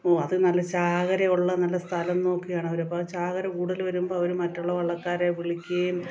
ഓ അതു നല്ല ചാകരയുള്ള നല്ല സ്ഥലം നോക്കിയാണ് അവരപ്പോൾ ചാകര കൂടുതൽ വരുമ്പോൾ അവർ മറ്റുള്ള വള്ളക്കാരെ വിളിക്കുകയും